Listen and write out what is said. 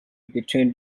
between